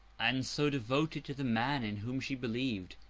and so devoted to the man in whom she believed,